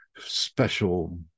special